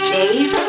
Days